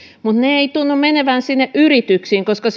mutta ne eivät tunnu menevän sinne yrityksiin koska